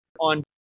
on